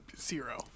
zero